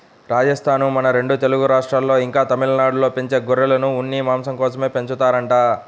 రాజస్థానూ, మన రెండు తెలుగు రాష్ట్రాల్లో, ఇంకా తమిళనాడులో పెంచే గొర్రెలను ఉన్ని, మాంసం కోసమే పెంచుతారంట